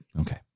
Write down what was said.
Okay